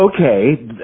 okay